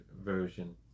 version